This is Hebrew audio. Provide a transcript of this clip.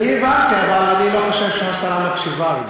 אני הבנתי, אבל אני לא חושב שהשרה מקשיבה.